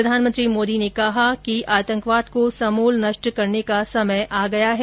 प्रधानमंत्री मोदी ने कहा आतंकवाद को समूल नष्ट करने का समय आ गया है